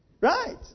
Right